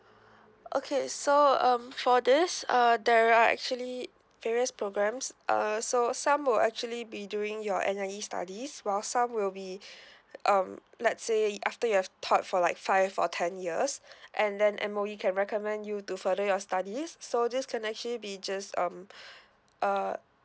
okay so um for this uh there are actually various programs uh so some will actually be during your N_I_E studies while some will be um let's say after you have taught for like five or ten years and then M_O_E can recommend you to further your studies so these can actually be just um uh